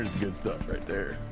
good stuff right there.